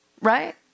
right